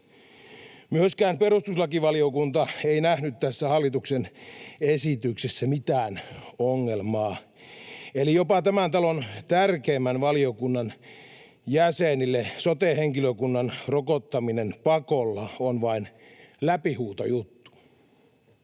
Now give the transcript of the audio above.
Myöskään perustuslakivaliokunta ei nähnyt tässä hallituksen esityksessä mitään ongelmaa, eli jopa tämän talon tärkeimmän valiokunnan jäsenille sote-henkilökunnan rokottaminen pakolla on vain läpihuutojuttu.